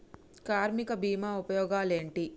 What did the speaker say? కార్మిక బీమా ఉపయోగాలేంటి?